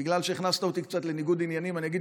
בגלל שהכנסת אותי קצת לניגוד עניינים אני אגיד